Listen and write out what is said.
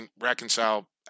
reconcile